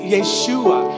Yeshua